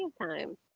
time